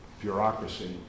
bureaucracy